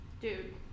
Dude